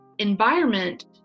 environment